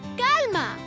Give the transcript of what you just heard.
calma